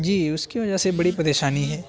جی اس کی وجہ سے بڑی پریشانی ہے